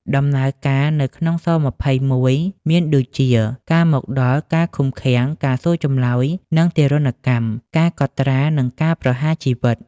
ដំណើរការនៅក្នុង ស-២១ មានដូចជា ការមកដល់ ការឃុំឃាំង ការសួរចម្លើយ និងទារុណកម្ម ការកត់ត្រា និងការប្រហារជីវិត។